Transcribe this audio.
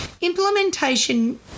Implementation